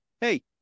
hey